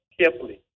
carefully